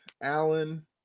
Allen